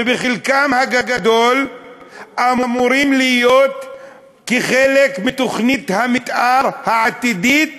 וחלקם הגדול אמורים להיות חלק מתוכנית המתאר העתידית